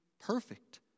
perfect